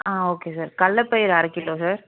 ஆ okay sir கல்லை பயிறு அரை கிலோ சார்